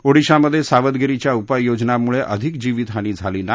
ओडिशामधे सावधगिरीच्या उपाययोजनांमुळे अधिक जिवितहानी झाली नाही